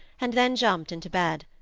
and then jumped into bed.